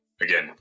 again